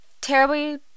terribly